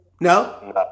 No